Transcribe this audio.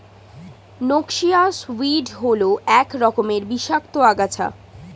noxious weed হল এক রকমের বিষাক্ত আগাছা